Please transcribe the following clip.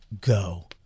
go